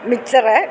mixture